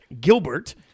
Gilbert